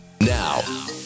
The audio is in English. Now